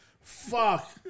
Fuck